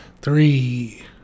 three